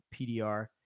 PDR